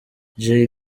jay